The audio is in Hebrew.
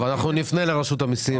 נפנה לרשות המיסים